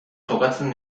jokatzen